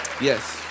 Yes